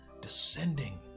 descending